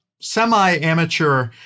semi-amateur